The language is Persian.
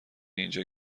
اینجا